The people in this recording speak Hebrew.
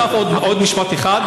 עוד משפט אחד.